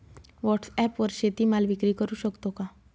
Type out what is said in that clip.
व्हॉटसॲपवर शेती माल विक्री करु शकतो का?